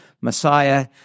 Messiah